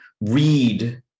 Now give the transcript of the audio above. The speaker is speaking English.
read